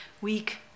week